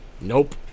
nope